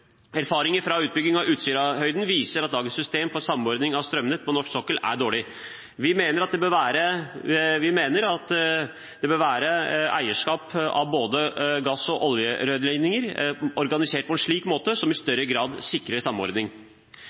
fra utbygging av Utsira-høyden viser at dagens system for samordning av strømnett på norsk sokkel er dårlig. Vi viser til at eierskap av både gassledninger og oljerørledninger er organisert på en annen måte, som i større grad sikrer samordning.